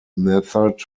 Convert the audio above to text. method